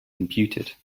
computed